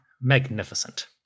magnificent